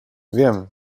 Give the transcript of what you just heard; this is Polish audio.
wiem